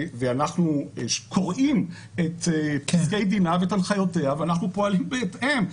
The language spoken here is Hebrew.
ואנחנו קוראים את פסקי דינה ואת הנחיותיה ופועלים בהתאם,